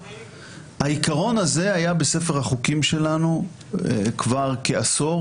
העיקרון הזה היה בספר החוקים שלנו כבר כעשור